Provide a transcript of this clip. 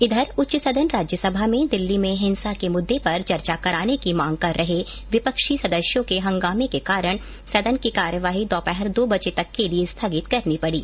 इधर ं उच्च सदन राज्यसभा में दिल्ली में हिंसा के मुद्दे पर चर्चा कराने की मांग कर रहे विपक्षी सदस्यों के हंगामे के कारण सदन की कार्यवाही दोपहर दो बजे तक के लिए स्थगित करनी पड़ी